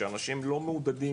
שאנשים לא מאוגדים,